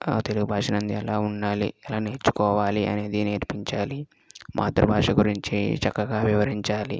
ఆ తెలుగు భాష నందు ఎలా ఉండాలి ఎలా నేర్చుకోవాలి అనేది నేర్పించాలి మాతృభాష గురించి చక్కగా వివరించాలి